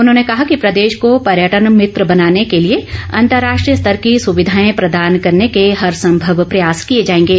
उन्होंने कहा कि प्रदेश को पर्यटन मित्र बनाने के लिए अंतर्राष्ट्रीय स्तर की सुविधाए प्रदान करने के हरसंमव प्रयास किए जाएंगे